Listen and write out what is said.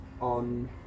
on